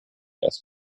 erst